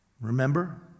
Remember